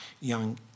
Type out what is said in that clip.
young